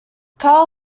karl